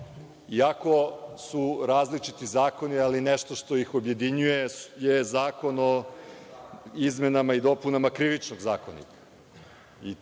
iako su različiti zakoni, ali nešto što ih objedinjuje je Zakon o izmenama i dopunama Krivičnog zakonika